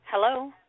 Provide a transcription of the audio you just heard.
Hello